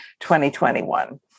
2021